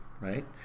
right